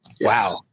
wow